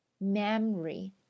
memory